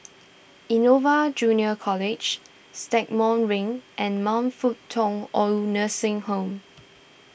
Innova Junior College Stagmont Ring and Man Fut Tong Old Nursing Home